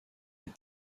les